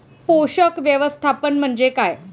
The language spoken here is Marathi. पोषक व्यवस्थापन म्हणजे काय?